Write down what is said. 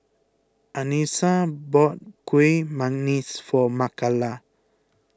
Anissa bought Kuih Manggis for Makala